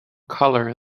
colour